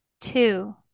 two